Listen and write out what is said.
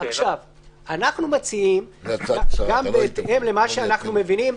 אנו מציעים, בהתאם למה שאנו מבינים,